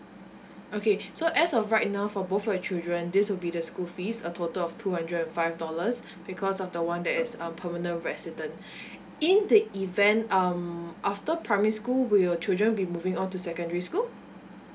okay so as of right now for both of your children this will be the school fees a total of two hundred and five dollars because of the one that is uh permanent resident in the event um after primary school will your children be moving on to secondary school